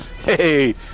Hey